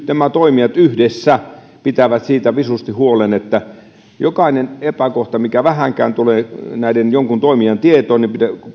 nämä toimijat yhdessä pitävät siitä visusti huolen että kun jokin epäkohta vähänkään tulee jonkun toimijan tietoon